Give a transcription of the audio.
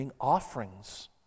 offerings